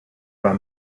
war